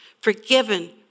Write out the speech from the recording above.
forgiven